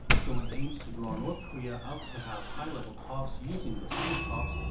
so it aims to draw north korea out to have high-level talks using the summit talks,